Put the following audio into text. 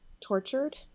Tortured